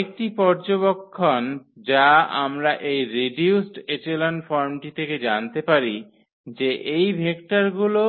আরেকটি পর্যবেক্ষণ যা আমরা এই রিডিউসড এচেলন ফর্মটি থেকে জানতে পারি যে এই ভেক্টরগুলি